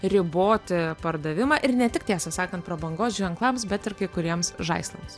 riboti pardavimą ir ne tik tiesą sakant prabangos ženklams bet ir kai kuriems žaislams